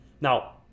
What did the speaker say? Now